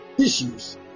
issues